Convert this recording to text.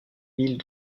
villes